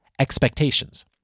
expectations